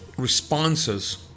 Responses